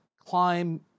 climb